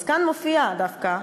אז כאן מופיע דווקא,